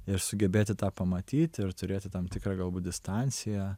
ir sugebėti tą pamatyti ir turėti tam tikrą galbūt distanciją